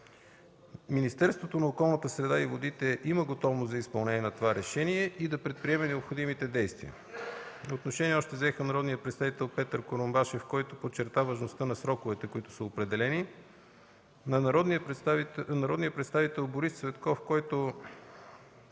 Министерството на околната среда и водите има готовност за изпълнение на това решение, както и да предприеме необходимите действия. Отношение взеха: - народният представител Петър Курумбашев, подчертавайки важността на сроковете, които са определени; - народният представител Борис Цветков, който